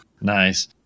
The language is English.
Nice